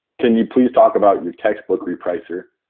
can you please talk about your textbook repricer?